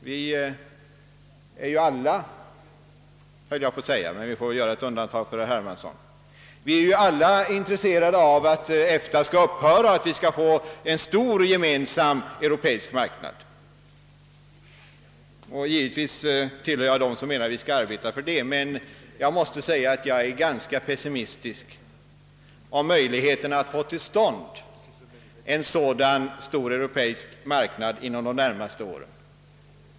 Vi är alla — med undantag av herr Hermansson — intresserade av att EFTA skall upphöra så att vi får en stor gemensam europeisk marknad. Givetvis tillhör jag dem som menar att vi skall arbeta för detta, men jag är ganska pessimistisk om möjligheterna att få till stånd en sådan stor europeisk marknad inom de närmaste åren.